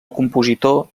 compositor